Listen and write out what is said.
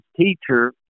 teacher